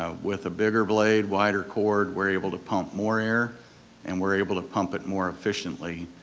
ah with a bigger blade, wider chord, we're able to pump more air and we're able to pump it more efficiently.